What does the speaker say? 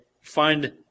Find